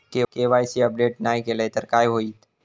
KYC update नाय केलय तर काय होईत?